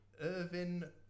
Irvin